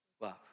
love